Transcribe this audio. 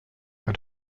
and